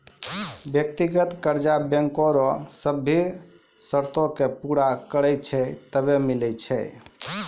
व्यक्तिगत कर्जा बैंको रो सभ्भे सरतो के पूरा करै छै तबै मिलै छै